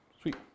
Sweet